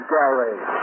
Gallery